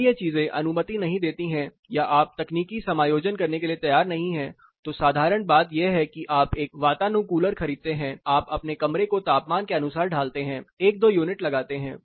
यदि ये चीजें अनुमति नहीं देती हैं या आप तकनीकी समायोजन करने के लिए तैयार नहीं हैं तो साधारण बात यह है कि आप एक वातानुकूलर खरीदते हैं आप अपने कमरे को तापमान के अनुसार ढालते हैं 12 यूनिट लगाते हैं